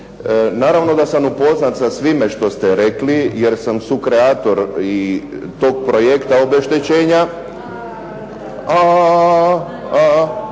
Naravno da sam upoznat sa svime što ste rekli, jer sam sukreator i tog projekta obeštećenja.